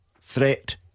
Threat